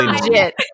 legit